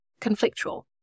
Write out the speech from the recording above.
conflictual